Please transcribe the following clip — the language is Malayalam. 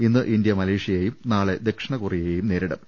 ഇന്ന് ഇന്ത്യ മലേഷ്യയെയും നാളെ ദക്ഷിണ കൊറിയ യെയും നേരിടും